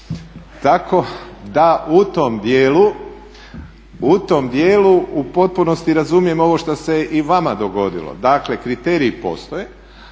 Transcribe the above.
Tako da u tom dijelu u potpunosti razumijem ovo što se i vama dogodilo. Dakle, kriteriji postoje